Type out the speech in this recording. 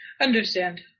Understand